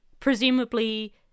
presumably